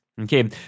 okay